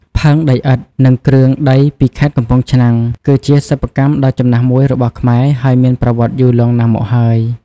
ផើងដីឥដ្ឋ និងគ្រឿងដីពីខេត្តកំពង់ឆ្នាំង គឺជាសិប្បកម្មដ៏ចំណាស់មួយរបស់ខ្មែរ ហើយមានប្រវត្តិយូរលង់ណាស់មកហើយ។